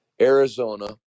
Arizona